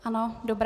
Ano, dobrá.